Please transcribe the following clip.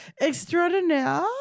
extraordinaire